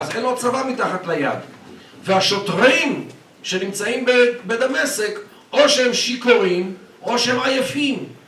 אז אין לו צבא מתחת ליד והשוטרים שנמצאים בדמשק או שהם שיכורים או שהם עייפים